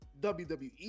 WWE